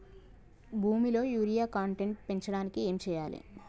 భూమిలో urea content పెంచడానికి ఏం చేయాలి?